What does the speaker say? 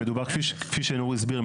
כפי שנוא הסביר,